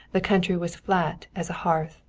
the country was flat as a hearth.